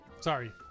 Sorry